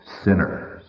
sinners